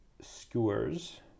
Skewers